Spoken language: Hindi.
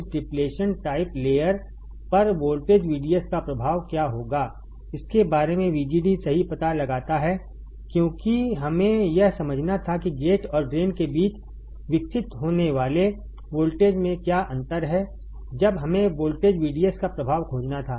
इस डिप्लेशन टाइप लेयर पर वोल्टेज VDS का प्रभाव क्या होगा इसके बारे में VGD सही पता लगाता है क्योंकि हमें यह समझना था कि गेट और ड्रेन के बीच विकसित होने वाले वोल्टेज में क्या अंतर है जब हमें वोल्टेज VDS का प्रभाव खोजना था